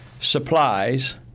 supplies